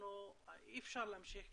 אי אפשר להמשיך ככה,